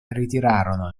ritirarono